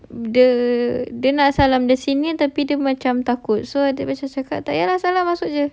the then dia salam the senior tapi dia macam takut so lepas tu cakap tak payah lah salam masuk jer